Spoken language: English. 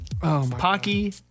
Pocky